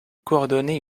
coordonner